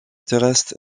terrestres